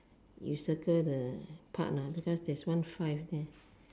you circle the part ah because there's one five there